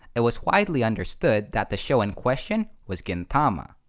it was widely understood that the show in question was gintama.